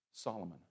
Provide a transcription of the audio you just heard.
Solomon